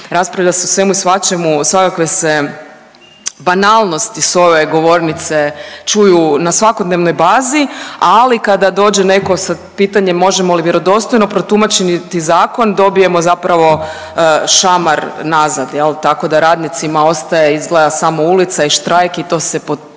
raspravlja se o svemu i svačemu, svakakve se banalnosti s ove govornice čuju na svakodnevnoj bazi, ali kada dođe neko sa pitanjem možemo li vjerodostojno protumačiti zakon dobijemo zapravo šamar nazad jel, tako da radnicima ostaje izgleda samo ulica i štrajk i to se potvrđuje